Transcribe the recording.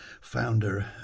founder